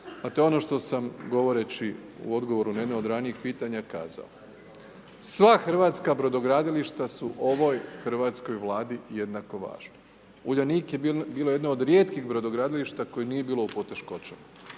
at o je ono što sam govoreći u odgovoru na jedno od ranijih pitanja kazao. Sva hrvatska brodogradilišta su ovoj hrvatskoj vladi jednako važne. Uljanik je bio jedan od rijetkih brodogradilišta koje nije bilo u poteškoćama,